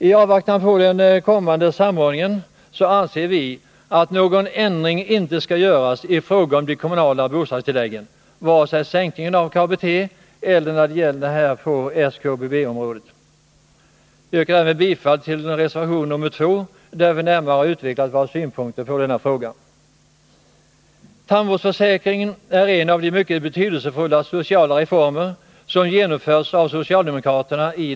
I avvaktan på den kommande samordningen anser vi att någon ändring inte skall göras i fråga om de kommunala bostadstilläggen, alltså varken någon sänkning av KBT eller någon ändring på SKBB-området. Jag yrkar bifall till reservation nr 2, i vilken vi närmare utvecklat våra synpunkter på denna fråga. Tandvårdsförsäkringen är en av de mycket betydelsefulla sociala reformer i vårt land som genomförts av socialdemokraterna.